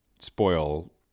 spoil